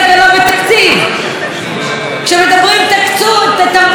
שמדברים תרבות ואין חרדים.